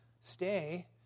stay